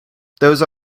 those